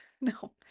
No